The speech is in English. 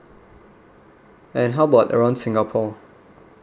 then how about around singapore